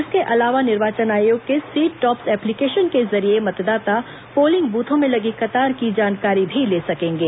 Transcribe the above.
इसके अलावा निर्वाचन आयोग के सी टॉप्स एप्लीकेशन के जरिये मतदाता पोलिंग ब्रथों में लगी कतार की भी जानकारी ले सकेंगे